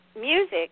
music